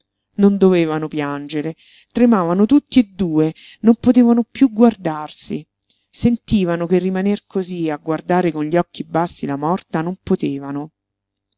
non dovevano piangere tremavano tutti e due non potevano piú guardarsi sentivano che rimaner cosí a guardare con gli occhi bassi la morta non potevano